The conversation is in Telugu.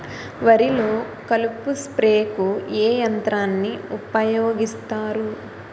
వరిలో కలుపు స్ప్రేకు ఏ యంత్రాన్ని ఊపాయోగిస్తారు?